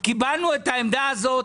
אנחנו קיבלנו את העמדה הזאת